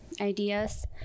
ideas